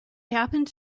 happened